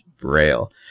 Braille